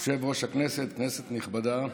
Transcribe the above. יושבת-ראש הישיבה, כנסת נכבדה,